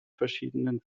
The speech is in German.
verschiedenen